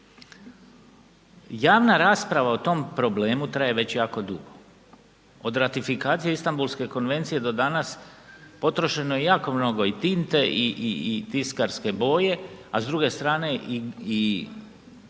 Javna rasprava o tom problemu traje već jako dugo, od ratifikacije Istambulske konvencije do danas potrošeno je jako mnogo i tinte i tiskarske boje, a s druge strane i zvuka